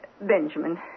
Benjamin